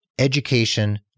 Education